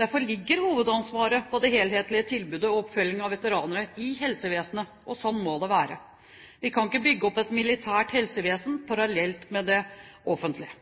Derfor ligger hovedansvaret for det helhetlige tilbudet og oppfølging av veteraner i helsevesenet, og slik må det være. Vi kan ikke bygge opp et militært helsevesen parallelt med det offentlige.